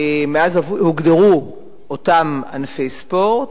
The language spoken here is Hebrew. מאז הוגדרו אותם ענפי ספורט,